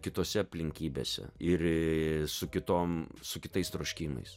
kitose aplinkybėse ir su kitom su kitais troškimais